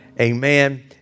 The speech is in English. Amen